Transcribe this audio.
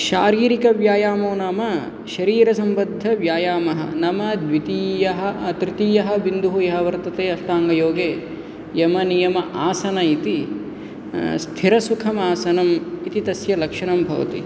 शारीरिकव्यायामो नाम शरीरसम्बद्धः व्यायामः नाम द्वितीयः तृतीयः बिन्दुः यः वर्तते अष्टाङ्गं योगे यमनियमासन इति स्थिरसुखमासनम् इति तस्य लक्षणं भवति